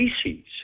species